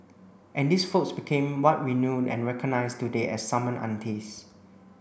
and these folks became what we know and recognise today as summon aunties